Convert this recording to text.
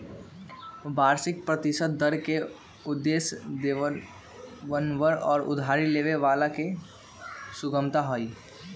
वार्षिक प्रतिशत दर के उद्देश्य देनदरवन और उधारी लेवे वालन के सुगमता हई